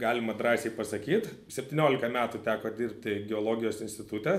galima drąsiai pasakyt septymiolika metų teko dirbti geologijos institute